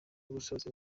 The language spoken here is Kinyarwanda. gusoza